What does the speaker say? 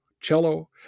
cello